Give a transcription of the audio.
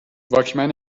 واکمن